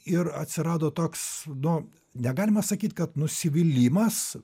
ir atsirado toks nu negalima sakyt kad nusivylimas